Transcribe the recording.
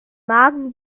magen